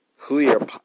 clear